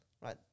right